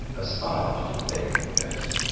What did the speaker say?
aspired to the vacant post.